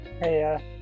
hey